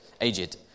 Aged